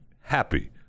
happy